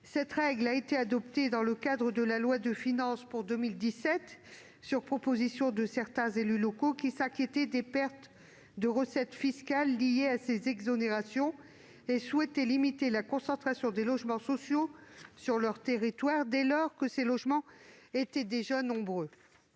Cette règle a été adoptée dans le cadre de la loi de finances pour 2017, sur proposition de certains élus locaux qui, s'inquiétant des pertes de recettes fiscales liées à ces exonérations, souhaitaient limiter la concentration des logements sociaux sur leur territoire, sachant que ces logements étaient déjà nombreux.